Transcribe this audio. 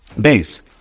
Base